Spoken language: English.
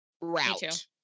route